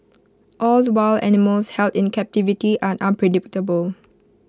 all wild animals held in captivity are unpredictable